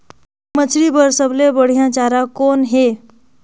मछरी बर सबले बढ़िया चारा कौन हे?